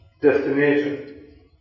destination